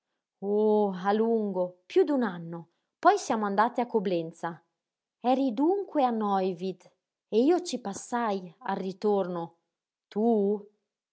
oh a lungo piú d'un anno poi siamo andate a coblenza eri dunque a neuwied e io ci passai al ritorno tu